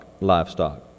livestock